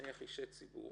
נניח, אישי ציבור